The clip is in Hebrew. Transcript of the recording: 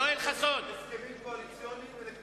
יואל חסון, הסכמים קואליציוניים,